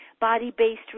body-based